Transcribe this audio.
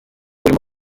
urimo